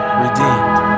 redeemed